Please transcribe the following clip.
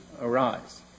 arise